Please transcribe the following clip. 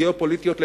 גיאו-פוליטיות,